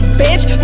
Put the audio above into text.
bitch